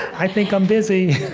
i think i'm busy.